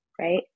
right